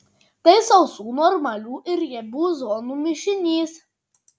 tai sausų normalių ir riebių zonų mišinys